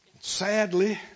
Sadly